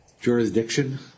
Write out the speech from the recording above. jurisdiction